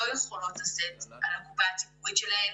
יכולות לשאת על הקופה הציבורית שלהן,